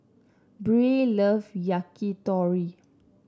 Brea loves Yakitori